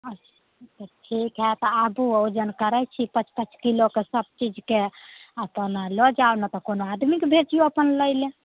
अच्छा ठीक हइ तऽ आबू ओजन करै छी पाँच पाँच किलोके सबचीजके अपन लऽ जाउ नहि तऽ कोनो आदमीके भेजिऔ अपन लैलए